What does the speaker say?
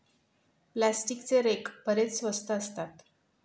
प्लास्टिकचे रेक बरेच स्वस्त असतात